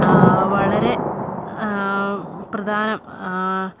വളരെ പ്രധാനം